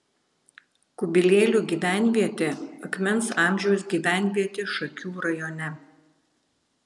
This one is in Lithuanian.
kubilėlių gyvenvietė akmens amžiaus gyvenvietė šakių rajone